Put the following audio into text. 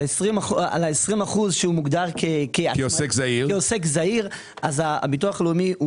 על ה-20% שהוא מוגדר כעוסק זעיר אז הביטוח לאומי,